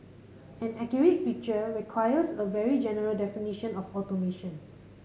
an accurate picture requires a very general definition of automation